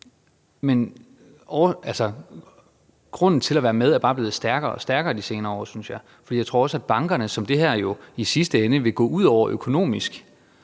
grunden til at være med bare blevet stærkere og stærkere i de senere år. For jeg tror også, at i forhold til bankerne, som det her jo i sidste ende vil gå ud over økonomisk,